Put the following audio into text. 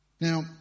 Now